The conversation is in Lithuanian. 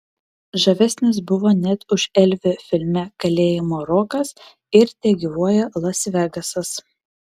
žavesnis buvo net už elvį filme kalėjimo rokas ir tegyvuoja las vegasas